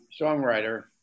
songwriter